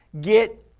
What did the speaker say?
get